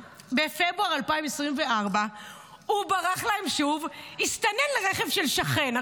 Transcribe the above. בפברואר 2024 הוא ברח להם שוב והסתנן לרכב של שכן.